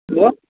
hello